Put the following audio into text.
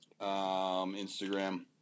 Instagram